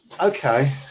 Okay